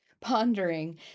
pondering